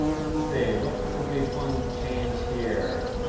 let's see. what could be fun to change here?